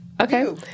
Okay